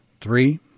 Three